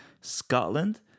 Scotland